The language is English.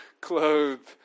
clothed